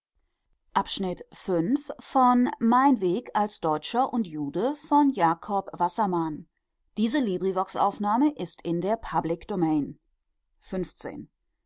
schönfärbend von der